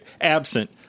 Absent